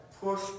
push